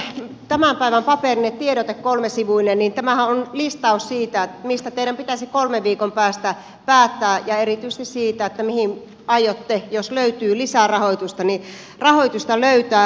tämä teidän tämän päivän kolmesivuinen paperinen tiedotteennehan on listaus siitä mistä teidän pitäisi kolmen viikon päästä päättää ja erityisesti siitä mihin aiotte jos löytyy lisärahoitusta rahoitusta löytää